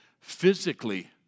physically